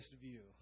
view